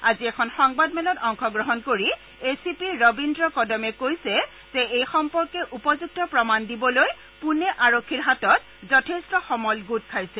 আজি এখন সংবাদ মেলত অংশগ্ৰহণ কৰি এ চি পি ৰবীদ্ৰ কদমে কৈছে যে এই সম্পৰ্কে প্ৰমাণ দিবলৈ পুণে আৰক্ষীৰ হাতত যথেষ্ট সমল গোট খাইছে